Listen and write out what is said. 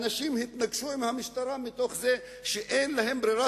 אנשים התנגשו עם המשטרה מתוך זה שאין להם ברירה,